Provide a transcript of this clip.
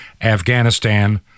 Afghanistan